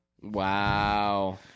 Wow